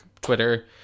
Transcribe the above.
Twitter